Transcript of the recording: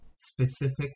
specific